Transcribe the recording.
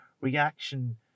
reaction